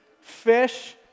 fish